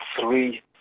three